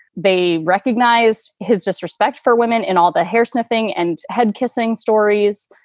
they recognized his disrespect for women in all the hair sniffing and head kissing stories.